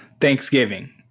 Thanksgiving